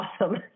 awesome